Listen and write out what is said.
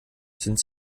sind